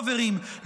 חברים,